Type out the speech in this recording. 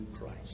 Christ